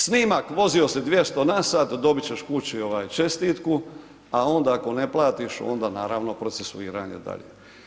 Snimak vozio si 200 na sat dobit ćeš kući ovaj čestitku, a onda ako ne platiš onda naravno procesuiranje dalje.